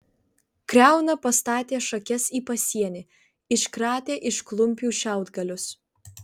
kriauna pastatė šakes į pasienį iškratė iš klumpių šiaudgalius